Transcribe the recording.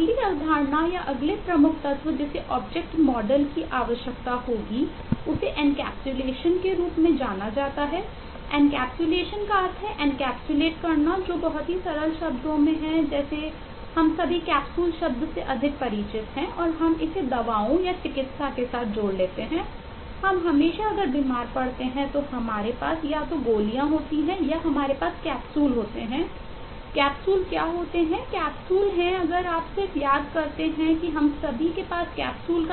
अगली अवधारणा या अगले प्रमुख तत्व जिसे ऑब्जेक्ट मॉडल का